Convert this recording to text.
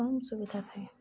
ବହୁତ କମ୍ ସୁବିଧା ଥାଏ